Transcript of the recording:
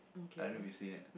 I don't know if you've seen it